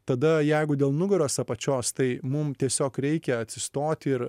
tada jeigu dėl nugaros apačios tai mum tiesiog reikia atsistoti ir